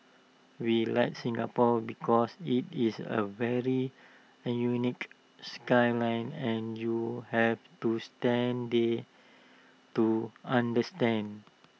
we like Singapore because IT is A very an unique skyline and you have to stand there to understand